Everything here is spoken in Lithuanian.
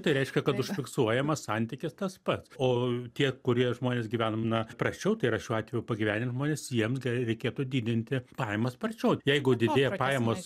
tai reiškia kad užfiksuojamas santykis tas pats o tie kurie žmonės gyvena prasčiau tai yra šiuo atveju pagyvenę žmonės jiems gal reikėtų didinti pajamas sparčiau jeigu didėja pajamos